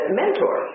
mentor